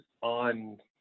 on